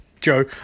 Joe